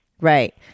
Right